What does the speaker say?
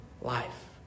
life